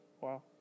Wow